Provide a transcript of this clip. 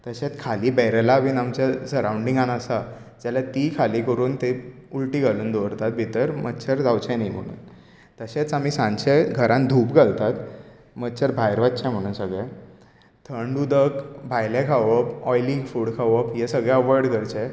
तशेंच खाली बेरलां बी आमच्या सरांवडींगान आसात जाल्यार ती खाली करून थंय उलटीं घालून दवरतात भितर मच्छर जावचें न्ही म्हणून तशेंच आमी सांजचे घरांत धूप घालतात मच्छर भायर वचचे म्हणून सगले थंड उदक भायलें खावप ऑयली फूड खावप हें सगलें अवोयड करचें